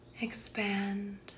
expand